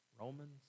Romans